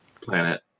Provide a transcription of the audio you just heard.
planet